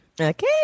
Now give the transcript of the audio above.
Okay